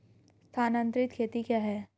स्थानांतरित खेती क्या है?